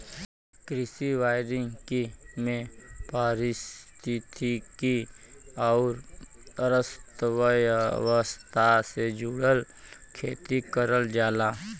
कृषि वानिकी में पारिस्थितिकी आउर अर्थव्यवस्था से जुड़ल खेती करल जाला